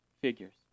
figures